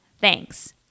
Thanks